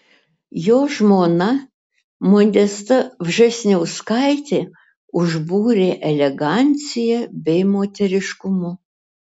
jo žmona modesta vžesniauskaitė užbūrė elegancija bei moteriškumu